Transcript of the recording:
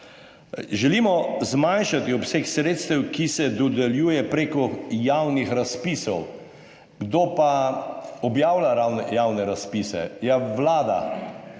Želimo zmanjšati obseg sredstev, ki se dodeljuje preko javnih razpisov. Kdo pa objavlja javne razpise? Ja, Vlada.